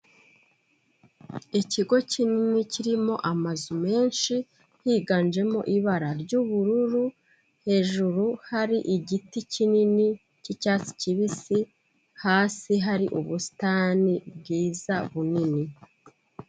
Ikigo kinini kirimo amazu menshi higanjemo ibara ry'ubururu, hejuru hari igiti kinini cy'icyatsi kibisi, hasi hari ubusitani bwiza bunini.